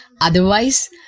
Otherwise